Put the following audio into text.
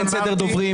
אין סדר דוברים.